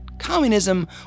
communism